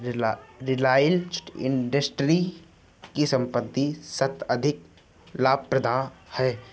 रिलायंस इंडस्ट्रीज की संपत्ति अत्यधिक लाभप्रद है